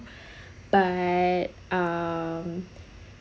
but um